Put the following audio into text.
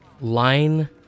line